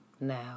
now